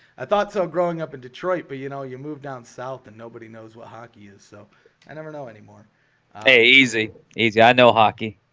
i thought so growing up in detroit, but you know you moved down south and nobody knows what hockey is so i never know anymore hey easy easy. i know hockey